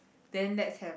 then let's have